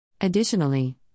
Additionally